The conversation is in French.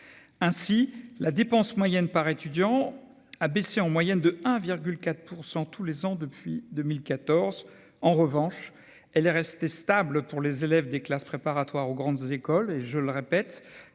Ainsi la dépense moyenne par étudiant a-t-elle baissé en moyenne de 1,4 % tous les ans depuis 2014. En revanche, elle est restée stable pour les élèves des classes préparatoires aux grandes écoles, qui ont